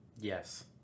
Yes